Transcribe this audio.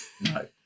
no